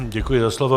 Děkuji za slovo.